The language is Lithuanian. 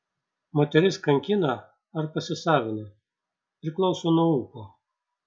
moteris kankina ar pasisavina priklauso nuo ūpo